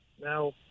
Now